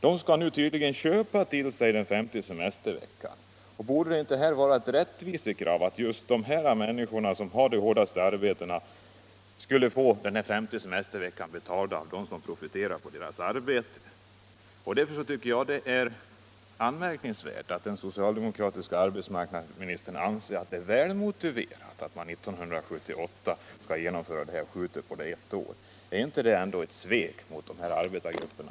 De skall tydligen köpa den femte semesterveckan. Borde det inte vara ett rättvisekrav alt just de här människorna, som har de hårdaste arbetena, fick den femte semesterveckan betald av dem som profiterar på deras arbete? Mot denna bakgrund tycker jag det är anmärkningsvärt att den socialdemokratiske arbetsmarknadsministern anser att det är välmotiverat att man först 1978 skall genomföra den femte semesterveckan och alltså skjuter på den ett år. Är det ändå inte ett svek mot de här arbetargrupperna?